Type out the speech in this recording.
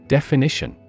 Definition